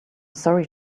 sorry